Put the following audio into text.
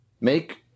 make